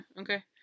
okay